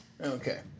Okay